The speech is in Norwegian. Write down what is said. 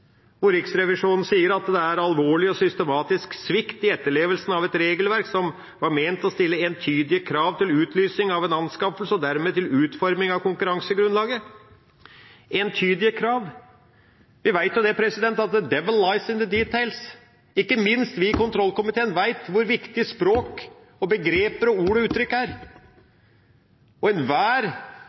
hvor Riksrevisjonen sier at det er alvorlig og systematisk svikt i etterlevelsen av et regelverk som var ment å stille entydige krav til utlysning av en anskaffelse og dermed til utforming av konkurransegrunnlaget – entydige krav. Vi vet at «the devil lies in the details». Ikke minst vi i kontrollkomiteen vet hvor viktig språk, begreper, ord og uttrykk er. Enhver